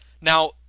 Now